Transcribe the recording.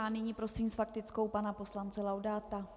Nyní prosím s faktickou pana poslance Laudáta.